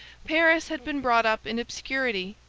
paris had been brought up in obscurity,